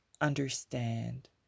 understand